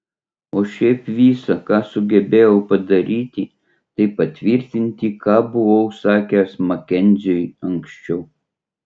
o šiaip visa ką sugebėjau padaryti tai patvirtinti ką buvau sakęs makenziui anksčiau